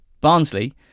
Barnsley